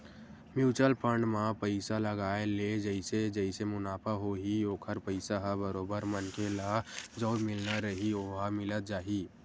mutual fund म पइसा लगाय ले जइसे जइसे मुनाफ होही ओखर पइसा ह बरोबर मनखे ल जउन मिलना रइही ओहा मिलत जाही